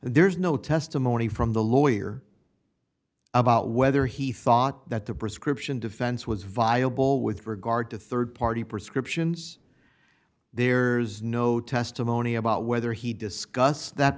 there's no testimony from the lawyer about whether he thought that the prescription defense was viable with regard to rd party prescriptions there's no testimony about whether he discussed that